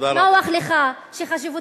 דמוקרטיה?